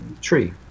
tree